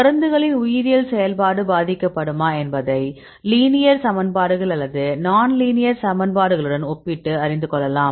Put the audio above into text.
மருந்துகளின் உயிரியல் செயல்பாடு பாதிக்கப்படுமா என்பதை லீனியர் சமன்பாடுகள் அல்லது நான் லீனியர் சமன்பாடுகளுடன் ஒப்பிட்டு அறிந்து கொள்ளலாம்